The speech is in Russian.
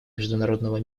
международного